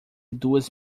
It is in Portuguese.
duas